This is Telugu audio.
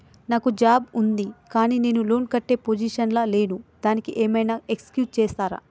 నాకు జాబ్ ఉంది కానీ నేను లోన్ కట్టే పొజిషన్ లా లేను దానికి ఏం ఐనా ఎక్స్క్యూజ్ చేస్తరా?